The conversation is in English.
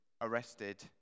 arrested